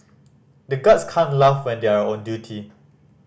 the guards can't laugh when they are on duty